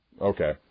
Okay